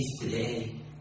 today